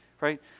Right